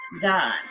God